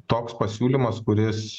toks pasiūlymas kuris